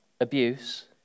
abuse